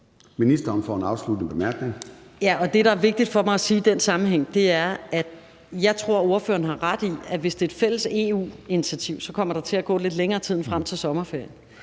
boligministeren (Pernille Rosenkrantz-Theil): Ja, og det, der er vigtigt for mig at sige i den sammenhæng, er, at jeg tror, ordføreren har ret i, at hvis det er et fælles EU-initiativ, kommer der til at gå lidt længere tid end frem til sommerferien.